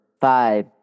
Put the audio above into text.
Five